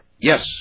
Yes